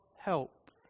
help